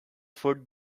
food